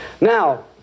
Now